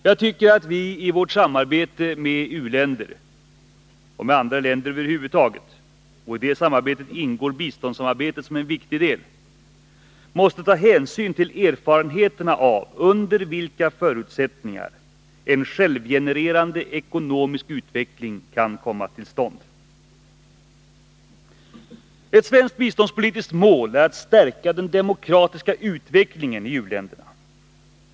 Jag tycker att vi i vårt samarbete med u-länder och andra länder över huvud taget — och i det samarbetet ingår biståndssamarbetet som en viktig del — måste ta hänsyn till erfarenheterna av under vilka förutsättningar en självgenererande ekonomisk utveckling kan komma till stånd. Ett svenskt biståndspolitiskt mål är att stärka den demokratiska utvecklingen i u-länderna.